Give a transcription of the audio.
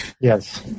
Yes